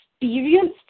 experienced